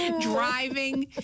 driving